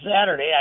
Saturday